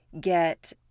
get